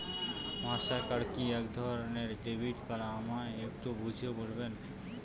Master card কি একধরণের debit card আমায় একটু বুঝিয়ে বলবেন?